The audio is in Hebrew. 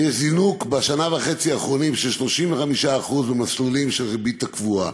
בשנה וחצי האחרונות יש זינוק של 35% במסלולים של הריבית הקבועה,